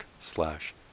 slash